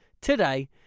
today